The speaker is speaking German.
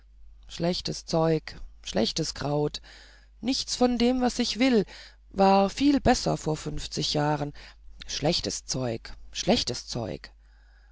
schlechtes zeug schlechtes kraut nichts von allem was ich will war viel besser vor fünfzig jahren schlechtes zeug schlechtes zeug